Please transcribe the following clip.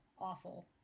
awful